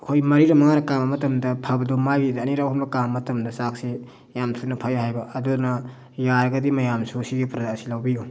ꯑꯩꯈꯣꯏ ꯃꯔꯤꯔꯛ ꯃꯉꯥꯔꯛ ꯀꯥꯝꯕ ꯃꯇꯝꯗ ꯐꯕꯗꯣ ꯃꯥꯒꯤꯗꯤ ꯑꯅꯤꯔꯛ ꯑꯍꯨꯝꯂꯛ ꯀꯥꯝꯕ ꯃꯇꯝꯗ ꯆꯥꯛꯁꯦ ꯌꯥꯝ ꯊꯨꯅ ꯐꯩ ꯍꯥꯏꯕ ꯑꯗꯨꯅ ꯌꯥꯔꯒꯗꯤ ꯃꯌꯥꯝꯁꯨ ꯁꯤꯒꯤ ꯄ꯭ꯔꯗꯛ ꯑꯁꯤ ꯂꯧꯕꯤꯌꯨ